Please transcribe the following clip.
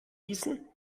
gießen